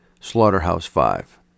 Slaughterhouse-Five